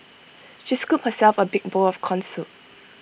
she scooped herself A big bowl of Corn Soup